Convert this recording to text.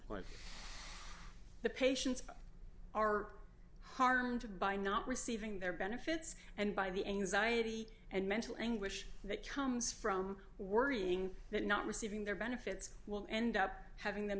complied the patients are harmed by not receiving their benefits and by the anxiety and mental anguish that comes from worrying that not receiving their benefits will end up having them